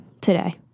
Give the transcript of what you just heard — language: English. today